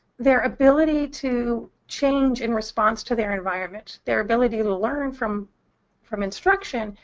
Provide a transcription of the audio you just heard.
their ability to change in response to their environment, their ability and to learn from from instruction,